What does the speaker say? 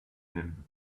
him